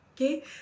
Okay